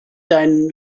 deinen